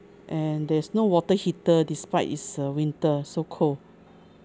and there's no water heater despite it's uh winter so cold